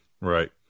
Right